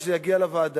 כשהחוק יגיע לוועדה,